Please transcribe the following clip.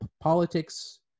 politics